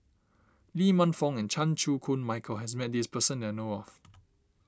Lee Man Fong and Chan Chew Koon Michael has met this person that I know of